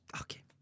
okay